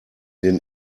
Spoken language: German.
den